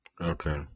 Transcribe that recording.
Okay